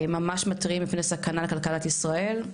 ממש מתריעים מפני סכנה לכלכלת ישראל,